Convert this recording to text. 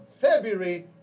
February